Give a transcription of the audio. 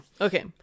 Okay